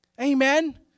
Amen